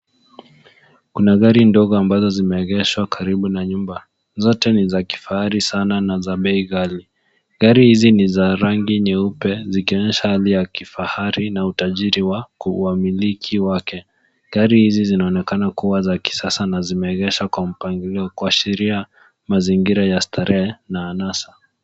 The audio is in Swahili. Kuna gari ndogo ambazo zimeegeshwa karibu na nyumba. Zote ni za kifahari sana na za bei ghali. Gari hizi ni za rangi nyeupe zikionyesha hali ya kifahari na utajiri wa kuamiliki wake. Gari hizi zinaonekana kuwa za kisasa na zimeegesha kwa mpangilio kuashiria mazingira ya starehe na anasa.